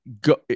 Go